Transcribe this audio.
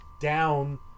down